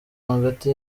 hagati